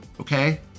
okay